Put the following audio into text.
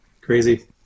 Crazy